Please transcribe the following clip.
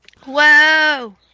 Whoa